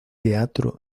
teatro